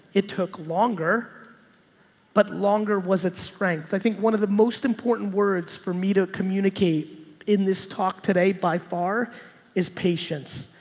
it took longer but longer was it strength? i think one of the most important words for me to communicate in this talk today by far is patience.